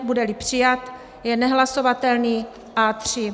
Budeli přijat, je nehlasovatelný A3.